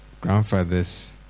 grandfather's